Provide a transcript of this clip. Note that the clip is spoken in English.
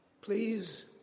Please